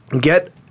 get